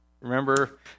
remember